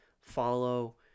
follow